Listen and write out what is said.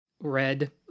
red